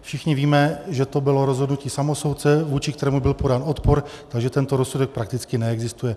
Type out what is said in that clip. Všichni víme, že to bylo rozhodnutí samosoudce, vůči kterému byl podán odpor, takže tento rozsudek prakticky neexistuje.